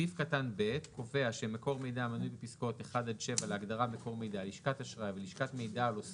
סעיף קטן (ב) קובע שמקור מידע המנוי בפסקאות (1) עד (7) להגדרה,